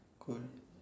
cold